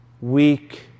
weak